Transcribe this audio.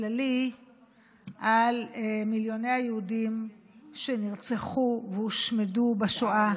על מיליוני היהודים שנרצחו והושמדו בשואה.